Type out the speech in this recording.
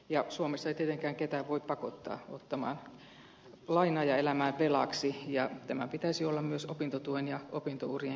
suomessa ei tietenkään ketään voi pakottaa ottamaan lainaa ja elämään velaksi ja tämän pitäisi olla myös opintotuen ja opintourien kehittämisen periaatteena